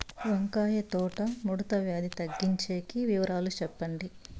వంకాయ తోట ముడత వ్యాధి తగ్గించేకి వివరాలు చెప్పండి?